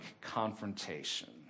confrontation